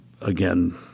again